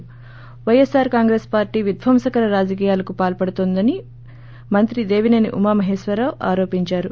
ి వైఎస్పార్ కాంగ్రెస్ పార్టీ విధ్వంసకర రాజకీయాలకు పాల్పడుతోందని మంత్రి దేవిసేని ఉమామహేశ్వరరావు ఆరోపించారు